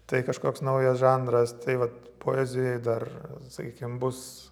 tai kažkoks naujas žanras tai vat poezijoj dar sakykim bus